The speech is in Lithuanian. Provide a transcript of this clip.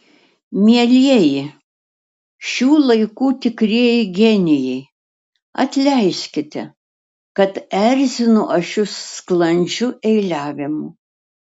mielieji šių laikų tikrieji genijai atleiskite kad erzinu aš jus sklandžiu eiliavimu